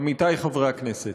עמיתי חברי הכנסת,